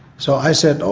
so i said, oh,